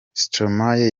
stromae